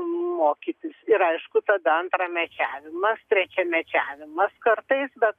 mokytis ir aišku tada antramečiavimas trečiamečiavimas kartais bet